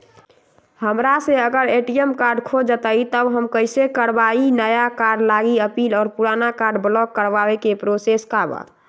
हमरा से अगर ए.टी.एम कार्ड खो जतई तब हम कईसे करवाई नया कार्ड लागी अपील और पुराना कार्ड ब्लॉक करावे के प्रोसेस का बा?